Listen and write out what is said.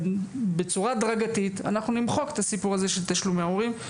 בצורה הדרגתית אנחנו נמחק את הסיפור הזה של תשלומי הורים.